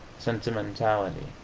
sentimentality,